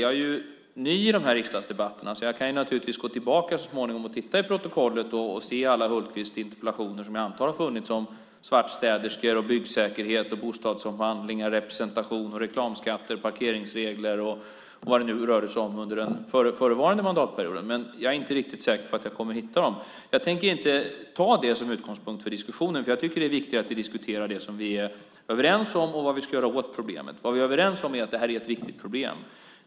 Jag är ny i riksdagsdebatterna, men jag kan naturligtvis gå tillbaka så småningom och titta i protokollet och se alla Hultqvists interpellationer som jag antar har funnits om svartstäderskor, byggsäkerhet, bostadsomvandlingar, representation och reklamskatter, parkeringsregler och vad det nu rörde sig om under den förevarande mandatperioden. Men jag är inte riktigt säker på att jag kommer att hitta dem. Jag tänker inte ta det som utgångspunkt för diskussionen eftersom jag tycker att det är viktigare att vi diskuterar det vi är överens om och vad vi ska göra åt problemet. Vi är överens om att det är ett viktigt problem.